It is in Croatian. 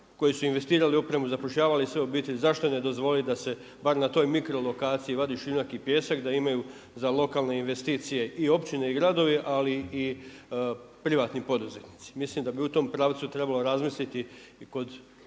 koji su investirali u opremu, zapošljavali sve obitelji, zašto ne dozvoliti da se barem na toj mikro lokaciji vadi šiljak i pijesak, da imaju za lokalne investicije i općine i gradovi ali i privatni poduzetnici. Mislim da bi u tom pravcu trebalo razmisliti i kod